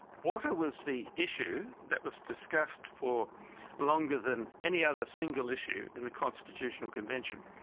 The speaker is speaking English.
water was the issue that was discussed for longer than any other single issue in the constitutional convention.